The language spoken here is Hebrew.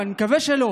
ואני מקווה שלא,